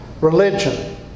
religion